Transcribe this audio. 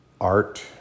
art